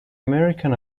american